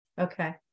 Okay